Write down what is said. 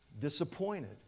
disappointed